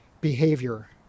behavior